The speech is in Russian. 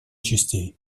частей